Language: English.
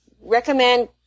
recommend